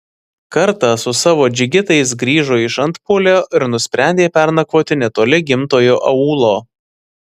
kartą su savo džigitais grįžo iš antpuolio ir nusprendė pernakvoti netoli gimtojo aūlo